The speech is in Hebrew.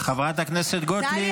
טלי,